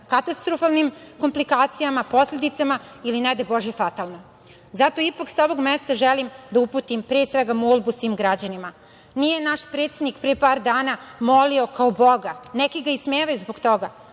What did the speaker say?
katastrofalnim komplikacijama, posledicama ili ne daj bože fatalno. Zato ipak sa ovog mesta želim da uputim pre svega molbu svim građanima. Nije naš predsednik pre par dana molio kao boga, neki ga ismevaju zbog toga,